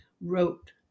wrote